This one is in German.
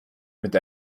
mit